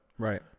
Right